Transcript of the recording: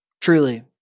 Truly